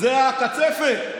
זה הקצפת.